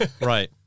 right